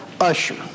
usher